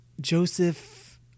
Joseph